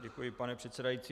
Děkuji, pane předsedající.